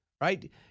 right